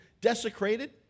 desecrated